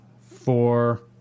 four